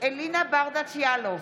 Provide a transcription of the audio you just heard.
אלינה ברדץ' יאלוב,